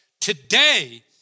Today